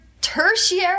tertiary